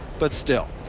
but still.